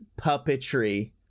puppetry